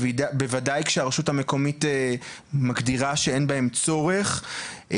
בוודאי כשהרשות המקומית מגדירה שאין בהם צורך.